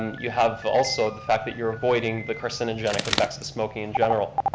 you have also the fact that you're avoiding the carcinogenic effects of smoking in general.